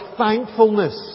thankfulness